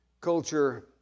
culture